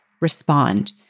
respond